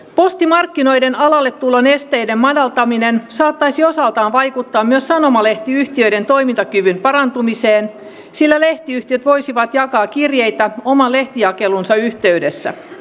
postimarkkinoiden alalle tulon esteiden madaltaminen saattaisi osaltaan vaikuttaa myös sanomalehtiyhtiöiden toimintakyvyn parantumiseen sillä lehtiyhtiöt voisivat jakaa kirjeitä oman lehtijakelunsa yhteydessä